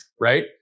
Right